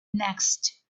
next